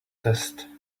test